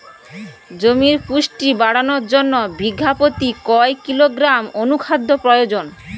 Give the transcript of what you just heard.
জমির পুষ্টি বাড়ানোর জন্য বিঘা প্রতি কয় কিলোগ্রাম অণু খাদ্যের প্রয়োজন?